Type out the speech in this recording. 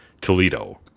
Toledo